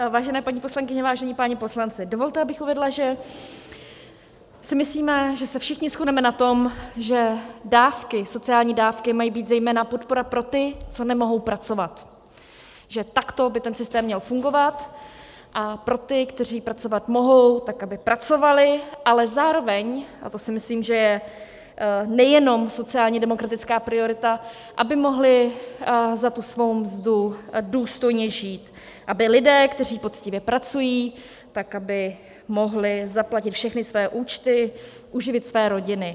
Vážené paní poslankyně, vážení páni poslanci, dovolte, abych uvedla, že si myslíme, že se všichni shodneme na tom, že sociální dávky mají být zejména podpora pro ty, co nemohou pracovat, že takto by ten systém měl fungovat, a pro ty, kteří pracovat mohou, tak aby pracovali, ale zároveň, a to si myslím, že je nejenom sociálnědemokratická priorita, aby mohli za tu svou mzdu důstojně žít, aby lidé, kteří poctivě pracují, mohli zaplatit všechny své účty, uživit své rodiny.